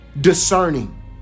discerning